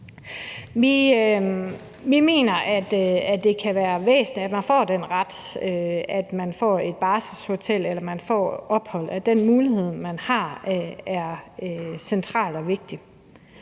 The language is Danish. Vi mener, at det kan være væsentligt, at man får den ret, at man kan få et ophold på et barselshotel. Den mulighed, man har, er central og vigtig.